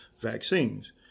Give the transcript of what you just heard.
vaccines